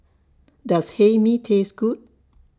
Does Hae Mee Taste Good